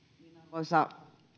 arvoisa